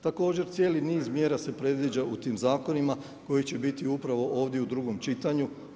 Također cijeli niz mjera se predviđa u tim zakonima koji će biti ovdje u drugom čitanju.